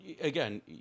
again